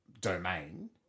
domain